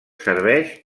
serveix